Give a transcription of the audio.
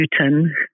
Newton